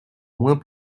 moins